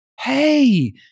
hey